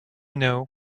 know